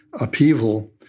upheaval